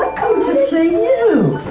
to save you?